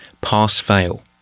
Pass-fail